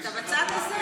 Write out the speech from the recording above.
אתה בצד הזה.